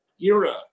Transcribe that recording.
era